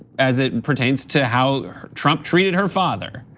as it pertains to how trump treated her father.